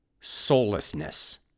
soullessness